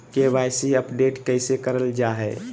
KYC update कैसे करल जाहै?